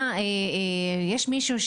יש מישהו,